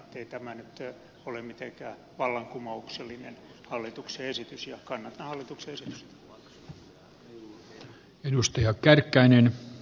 ei tämä nyt ole mitenkään vallankumouksellinen hallituksen esitys ja kannatan hallituksen esitystä